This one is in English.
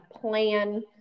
plan